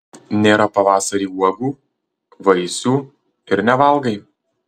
nėra pavasarį uogų vaisių ir nevalgai